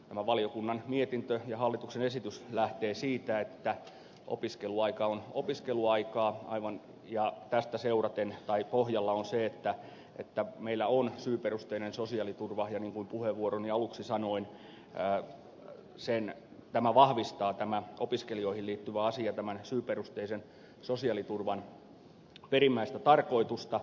tämä valiokunnan mietintö ja hallituksen esitys lähtee siitä että opiskeluaika on opiskeluaikaa ja tämän pohjana on se että meillä on syyperusteinen sosiaaliturva ja niin kuin puheenvuoroni aluksi sanoin tämä opiskelijoihin liittyvä asia vahvistaa tämän syyperusteisen sosiaaliturvan perimmäistä tarkoitusta